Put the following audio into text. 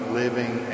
living